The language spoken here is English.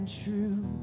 true